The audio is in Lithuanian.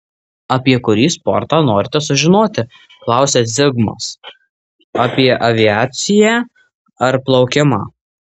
apie kurį sportą norite sužinoti klausia zigmas apie aviaciją ar plaukimą